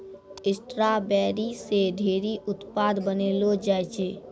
strawberry से ढेरी उत्पाद बनैलो जाय छै